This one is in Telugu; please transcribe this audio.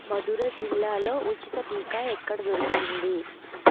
మథుర జిల్లాలో ఉచిత టీకా ఎక్కడ దొరుకుతుంది